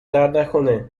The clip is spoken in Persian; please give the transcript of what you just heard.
دردنکنه